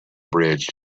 bridge